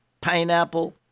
pineapple